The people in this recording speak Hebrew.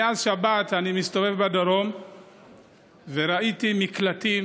מאז שבת אני מסתובב בדרום וראיתי מקלטים